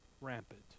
rampant